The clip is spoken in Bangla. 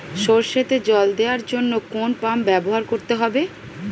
সরষেতে জল দেওয়ার জন্য কোন পাম্প ব্যবহার করতে হবে?